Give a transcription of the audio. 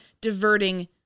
diverting